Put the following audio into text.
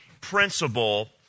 principle